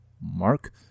Mark